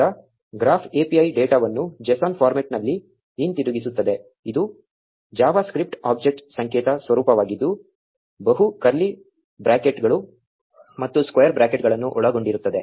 ಈಗ graph API ಡೇಟಾವನ್ನು json ಫಾರ್ಮ್ಯಾಟ್ನಲ್ಲಿ ಹಿಂತಿರುಗಿಸುತ್ತದೆ ಇದು ಜಾವಾಸ್ಕ್ರಿಪ್ಟ್ ಆಬ್ಜೆಕ್ಟ್ ಸಂಕೇತ ಸ್ವರೂಪವಾಗಿದ್ದು ಬಹು ಕರ್ಲಿ ಬ್ರಾಕೆಟ್ಗಳು ಮತ್ತು ಸ್ಕ್ವೇರ್ ಬ್ರಾಕೆಟ್ಗಳನ್ನು ಒಳಗೊಂಡಿರುತ್ತದೆ